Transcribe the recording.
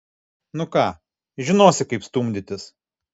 nu ką žinosi kaip stumdytis